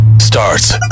starts